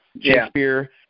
Shakespeare